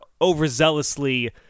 overzealously